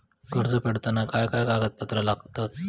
कर्ज फेडताना काय काय कागदपत्रा लागतात?